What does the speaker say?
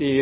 alliert i